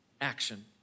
action